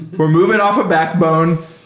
we're moving off a backbone.